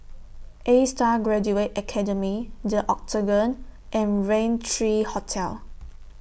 A STAR Graduate Academy The Octagon and Raintr Hotel